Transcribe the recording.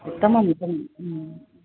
उत्तमम् उत्तमम्